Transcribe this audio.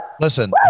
Listen